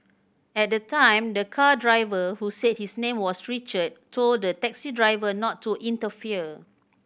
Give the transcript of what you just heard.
at the time the car driver who said his name was Richard told the taxi driver not to interfere